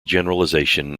generalization